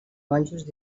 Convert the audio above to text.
monjos